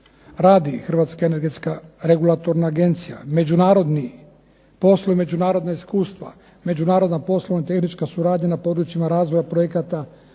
radi Hrvatska energetska regulatorna agencija. Međunarodni poslovi, međunarodna iskustva. Međunarodna poslovna tehnička suradnja na područjima razvoja projekata